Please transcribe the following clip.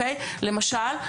למשל,